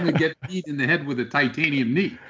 get hit in the head with a titanium knee!